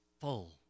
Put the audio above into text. full